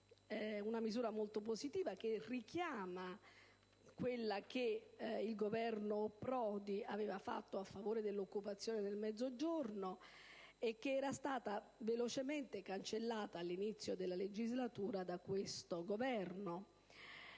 una misura molto positiva che richiama quella che il Governo Prodi aveva varato a favore dell'occupazione nel Mezzogiorno e che era stata velocemente cancellata all'inizio della legislatura da questo Governo.